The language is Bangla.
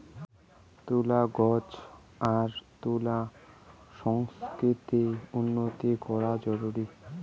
তুলা গছ আর তুলা সংস্কৃতিত উন্নতি করাং জরুরি